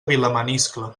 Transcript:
vilamaniscle